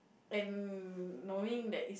and knowing that it's